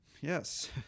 Yes